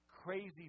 crazy